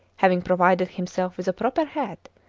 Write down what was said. having provided himself with a proper hat,